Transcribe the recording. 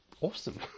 awesome